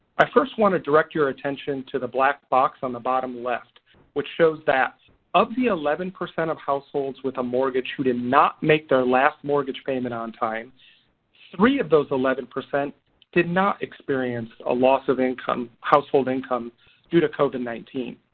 i first want to direct your attention to the black box on the bottom left which shows that of the eleven percent of households with a mortgage who did not make their last mortgage payment on time three of those eleven percent did not experience a loss of household income due to covid nineteen.